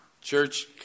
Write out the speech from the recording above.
church